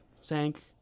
sank